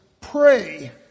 pray